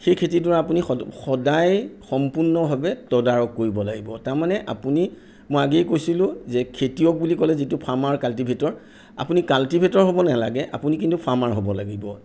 সেই খেতিডৰা আপুনি স সদায় সম্পূৰ্ণভাৱে তদাৰক কৰিব লাগিব তাৰমানে আপুনি মই আগেয়ে কৈছিলোঁ যে খেতিয়ক বুলি ক'লে যিটো ফাৰ্মাৰ কাল্টিভেটৰ আপুনি কাল্টিভেটৰ হ'ব নেলাগে আপুনি কিন্তু ফাৰ্মাৰ হ'ব লাগিব